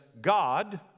God